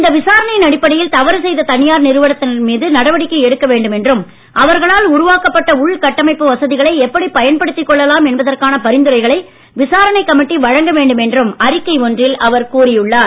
இந்த விசாரணையின் அடிப்படையில் தவறு செய்த தனியார் நிறுவனத்தினர் மீது நடவடிக்கை எடுக்க வேண்டும் என்றும் அவர்களால் உருவாக்கப்பட்ட உள்கட்டமைப்பு வசதிகளை எப்படி பயன்படுத்திக் கொள்ளலாம் என்பதற்கான பரிந்துரைகளை விசாரணை கமிட்டி வழங்க வேண்டும் என்றும் அறிக்கை ஒன்றில் அவர் கூறியுள்ளார்